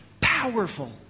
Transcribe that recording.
powerful